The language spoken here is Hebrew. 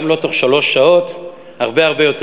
גם לא תוך שלוש שעות, הרבה הרבה יותר.